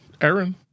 Aaron